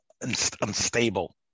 unstable